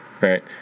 right